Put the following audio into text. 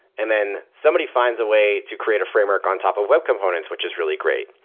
and then somebody finds a way to create a framework on top of web components, which is really great.